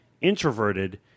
introverted